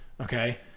Okay